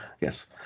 Yes